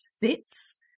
fits